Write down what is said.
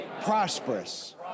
prosperous